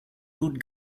route